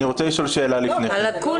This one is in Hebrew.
אני רוצה לשאול שאלה לפני כן.